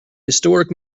historic